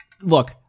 look